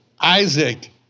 Isaac